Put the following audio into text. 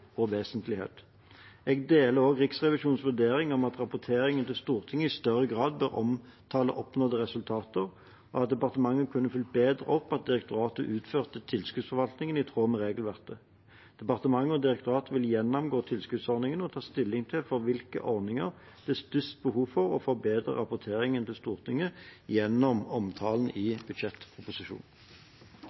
og vesentlighet. Jeg deler også Riksrevisjonens vurdering om at rapporteringen til Stortinget i større grad bør omtale oppnådde resultater, og at departementet kunne fulgt bedre opp at direktoratet utfører tilskuddsforvaltningen i tråd med regelverket. Departementet og direktoratet vil gjennomgå tilskuddsordningene og ta stilling til for hvilke ordninger det er størst behov for å forbedre rapporteringen til Stortinget gjennom omtalen i budsjettproposisjonen.